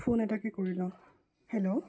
phone এটাকে কৰি লওঁ হেল্ল'